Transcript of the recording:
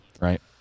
Right